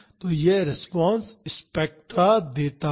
तो यह response spectra देता है